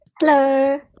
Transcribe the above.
Hello